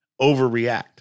overreact